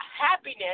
happiness